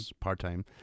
Part-time